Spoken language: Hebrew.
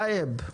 טייב.